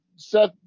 Seth